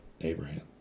Abraham